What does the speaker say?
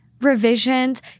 revisions